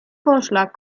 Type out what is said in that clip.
vorschlag